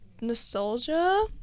nostalgia